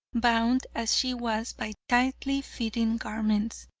bound as she was by tightly fitting garments,